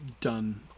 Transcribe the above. done